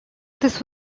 this